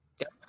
Yes